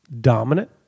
dominant